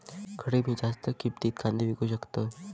खडे मी जास्त किमतीत कांदे विकू शकतय?